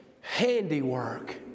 handiwork